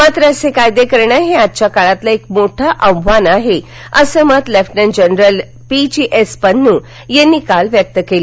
मात्र असे कायदे करणं हे आजच्या काळातील एक मोठं आव्हान आहे असं मत लेफ्टनंट जनरल पीजीएस पन्नू यांनी काल व्यक्त केलं